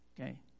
Okay